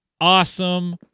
Awesome